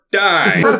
die